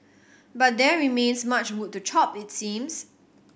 but there remains much wood to chop it seems